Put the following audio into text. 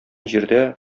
җирдә